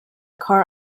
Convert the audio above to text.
car